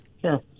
Sure